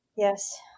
Yes